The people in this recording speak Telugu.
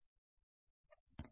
విద్యార్థి సమయం 1653 చూడండి